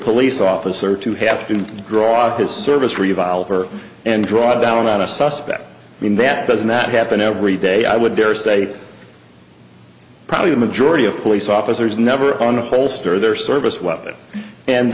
police officer to have to drop his service revolver and draw down on a suspect i mean that does not happen every day i would dare say probably the majority of police officers never own a holster their service weapon and